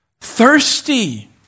thirsty